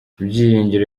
byiringiro